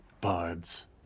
bards